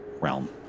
realm